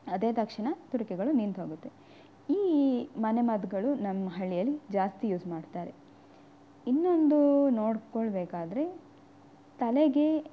ಅದೇ ತಕ್ಷಣ ತುರಿಕೆಗಳು ನಿಂತು ಹೋಗುತ್ತೆ ಈ ಮನೆಮದ್ದುಗಳು ನಮ್ಮ ಹಳ್ಳಿಯಲ್ಲಿ ಜಾಸ್ತಿ ಯೂಸ್ ಮಾಡ್ತಾರೆ ಇನ್ನೊಂದು ನೋಡಿಕೊಳ್ಬೇಕಾದ್ರೆ ತಲೆಗೆ